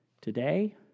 Today